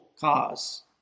cause